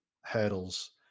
hurdles